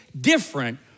different